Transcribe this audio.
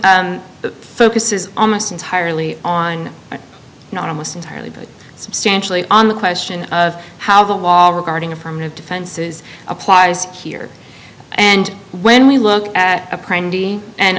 the focus is almost entirely on not almost entirely but substantially on the question of how the law regarding affirmative defenses applies here and when we look at a